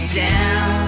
down